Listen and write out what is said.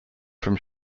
from